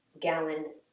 gallon